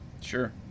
Sure